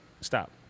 Stop